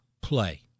play